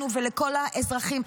לנו ולכל האזרחים,